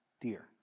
dear